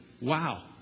Wow